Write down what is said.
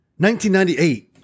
1998